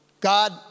God